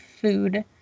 Food